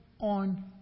on